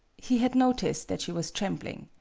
he had noticed that she was trembling.